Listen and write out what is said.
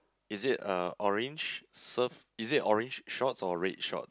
is it a orange surf is it orange shorts or red shorts